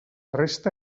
resta